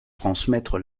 transmettre